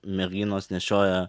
merginos nešioja